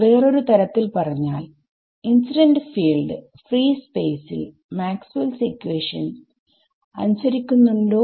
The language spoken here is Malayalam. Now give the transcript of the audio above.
വേറൊരു തരത്തിൽ പറഞ്ഞാൽ ഇൻസിഡന്റ് ഫീൽഡ്ഫ്രീ സ്പേസിൽ മാക്സ്വെൽസ് ഇക്വെഷൻ Maxwells equation അനുസരിക്കുന്നുണ്ടോ